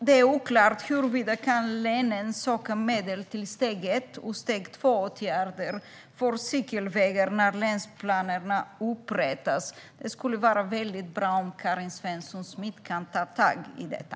Det är oklart hur länen kan sakna medel till steg 1 och steg 2-åtgärder för cykelvägar när länsplanerna upprättas. Det vore väldigt bra om Karin Svensson Smith kan ta tag i detta.